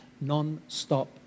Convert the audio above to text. non-stop